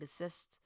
assists